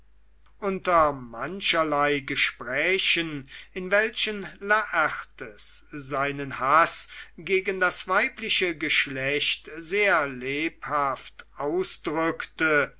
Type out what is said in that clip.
unter mancherlei gesprächen in welchen laertes seinen haß gegen das weibliche geschlecht sehr lebhaft ausdrückte